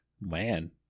man